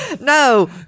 No